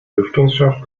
lüftungsschacht